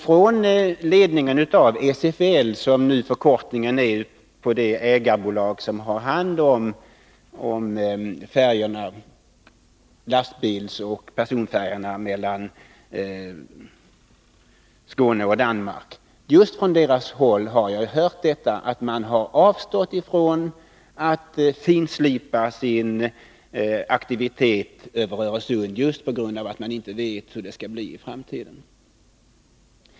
Från ledningen för SFL, som är förkortningen på det ägarbolag som har hand om lastbilsoch personfärjorna mellan Skåne och Danmark, har jag hört att man avstått från att finslipa sin verksamhet när det gäller trafiken över Öresund, just på grund av att man inte vet hur det skall bli i framtiden.